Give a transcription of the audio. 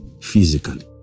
physically